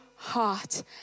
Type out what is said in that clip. heart